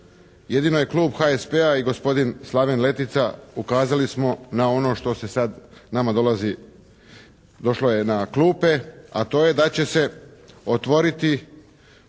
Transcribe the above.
jedino je klub HSP-a i gospodin Slaven Letica ukazali smo na ono što se sada nama dolazi, došlo je na klupe, a to je da će se otvoriti